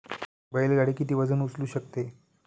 बैल गाडी किती वजन उचलू शकते?